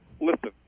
listen –